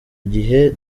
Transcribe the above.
gihe